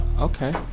okay